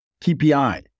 TPI